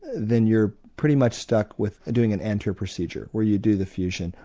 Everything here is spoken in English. then you're pretty much stuck with doing an anterior procedure or you do the fusion,